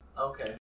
Okay